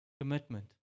Commitment